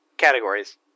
categories